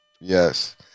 yes